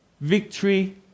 Victory